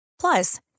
Plus